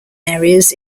areas